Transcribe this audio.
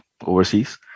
overseas